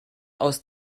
aus